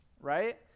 right